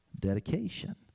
dedication